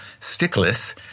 stickless